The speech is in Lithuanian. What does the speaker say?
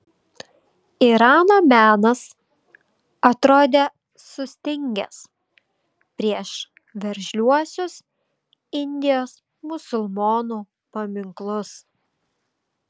irano menas atrodė sustingęs prieš veržliuosius indijos musulmonų paminklus